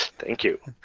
thank you.